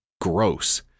gross